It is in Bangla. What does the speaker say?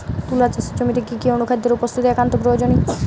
তুলা চাষের জমিতে কি কি অনুখাদ্যের উপস্থিতি একান্ত প্রয়োজনীয়?